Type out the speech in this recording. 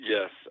Yes